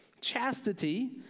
chastity